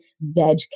veg